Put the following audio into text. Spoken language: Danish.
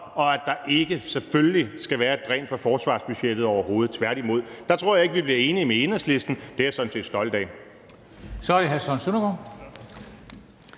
og at der selvfølgelig ikke skal være et dræn fra forsvarsbudgettet overhovedet, tværtimod. Der tror jeg ikke, at vi bliver enige med Enhedslisten – det er jeg sådan set stolt af. Kl. 13:49 Formanden